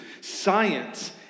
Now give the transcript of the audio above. Science